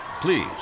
Please